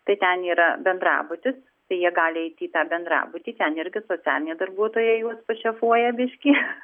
tai ten yra bendrabutis tai jie gali eiti į tą bendrabutį ten irgi socialiniai darbuotojai juos šefuoja biški